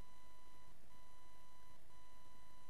אותם